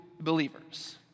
believers